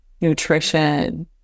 nutrition